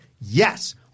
yes